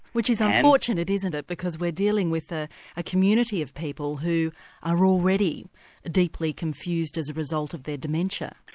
which is unfortunate, isn't it, because we're dealing with ah a community of people who are already deeply confused as a result of their dementia?